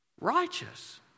righteous